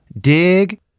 Dig